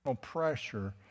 pressure